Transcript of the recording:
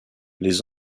les